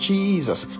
Jesus